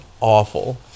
awful